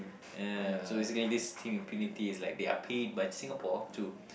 ya so basically this Team Impunity is like they are paid by Singapore to